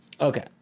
Okay